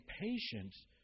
patience